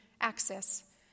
access